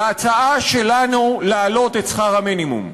להצעה שלנו להעלות את שכר המינימום.